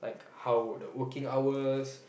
how would the working hours